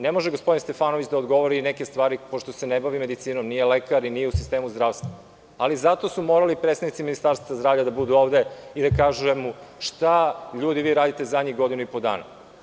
Ne može gospodin Stefanović da odgovori neke stvari, pošto se ne bavi medicinom, nije lekar i nije u sistemu zdravstva, ali zato su morali predstavnici Ministarstva zdravlja da budu ovde i da kažu – šta vi ljudi radite zadnjih godinu i po dana?